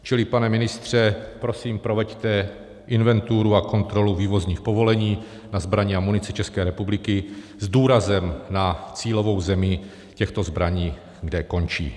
Čili, pane ministře, prosím, proveďte inventuru a kontrolu vývozních povolení na zbraně a munici České republiky s důrazem na cílovou zemi těchto zbraní, kde končí.